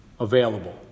Available